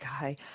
guy